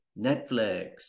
Netflix